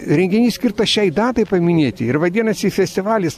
renginys skirtas šiai datai paminėti ir vadinasi festivalis